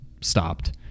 stopped